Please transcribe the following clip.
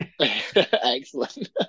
Excellent